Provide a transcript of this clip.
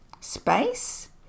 space